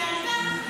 אינה נוכחת.